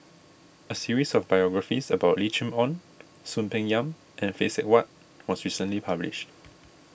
a series of biographies about Lim Chee Onn Soon Peng Yam and Phay Seng Whatt was recently published